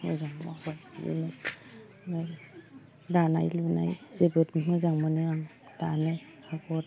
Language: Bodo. मोजां मावबाय बिदिनो दानाय लुनाय जोबोद मोजां मोनो आं दानो आगर